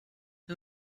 who